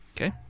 Okay